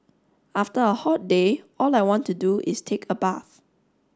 after a hot day all I want to do is take a bath